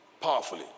powerfully